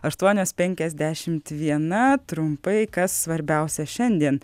aštuonios penkiasdešimt viena trumpai kas svarbiausia šiandien